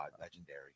legendary